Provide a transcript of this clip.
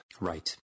Right